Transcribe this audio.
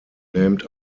named